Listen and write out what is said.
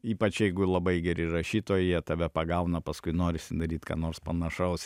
ypač jeigu labai geri rašytojai jie tave pagauna paskui norisi daryt ką nors panašaus